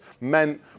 meant